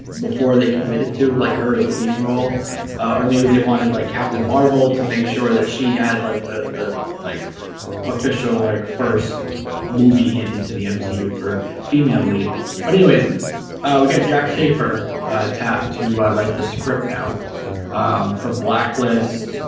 before they committed to like her as a leading role or maybe they wanted like captain marvel to make sure that she had like the the like official like first movie into the um mcu for female lead but anyways we got jack sheaffer tap to write the script now for blacklist